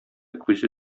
күзе